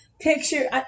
picture